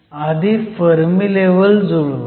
आधी Fermi level जुळवूयात